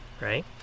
right